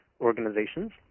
organizations